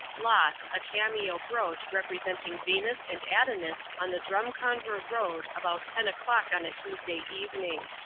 lost a cameo brooch representing venus and adonis on the drumcondra road about ten o'clock on tuesday evening.